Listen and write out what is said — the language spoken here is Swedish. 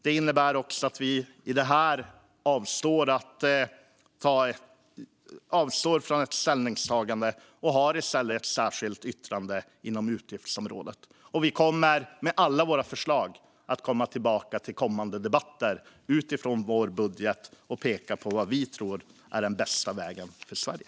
Det innebär också att vi avstår från ett ställningstagande och i stället har ett särskilt yttrande inom utgiftsområdet. Vi kommer med alla våra förslag att komma tillbaka i kommande debatter utifrån vår budget och peka på vad vi tror är den bästa vägen för Sverige.